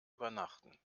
übernachten